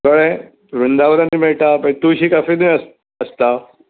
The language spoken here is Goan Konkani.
कळ्ळें वृंदावनानूय मेळटा मागी तुळशी कॅफेनूय आस आसता